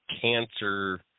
cancer